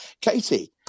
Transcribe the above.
Katie